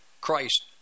Christ